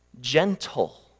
gentle